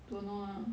don't know ah